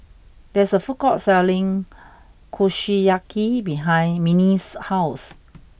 there is a food court selling Kushiyaki behind Minnie's house